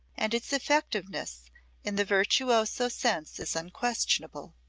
and its effectiveness in the virtuoso sense is unquestionable.